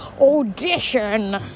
Audition